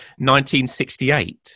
1968